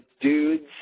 dude's